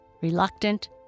Reluctant